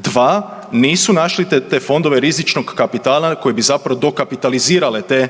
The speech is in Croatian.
Dva nisu našli te fondove rizičnog kapitala koji bi zapravo dokapitalizirale te